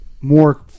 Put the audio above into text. more